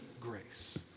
grace